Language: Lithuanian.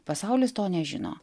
pasaulis to nežino